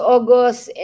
August